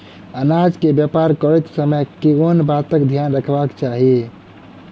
अनाज केँ व्यापार करैत समय केँ बातक ध्यान रखबाक चाहि?